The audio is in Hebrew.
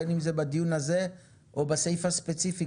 בין אם זה בדיון הזה או בסעיף הספציפי